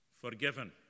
Forgiven